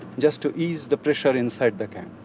just to ease the pressure inside the camp.